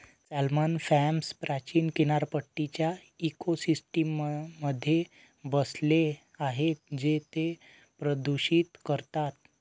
salmon farms प्राचीन किनारपट्टीच्या इकोसिस्टममध्ये बसले आहेत जे ते प्रदूषित करतात